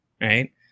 right